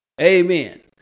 Amen